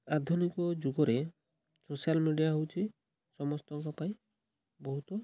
ଆଧୁନିକ ଯୁଗରେ social media ହେଉଛି ସମସ୍ତଙ୍କ ପାଇଁ ବହୁତ